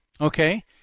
okay